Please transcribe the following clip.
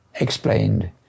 explained